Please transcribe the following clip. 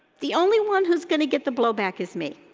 the only one who's gonna get the blow back is me.